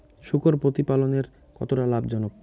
শূকর প্রতিপালনের কতটা লাভজনক?